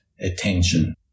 attention